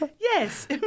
yes